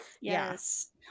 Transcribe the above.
Yes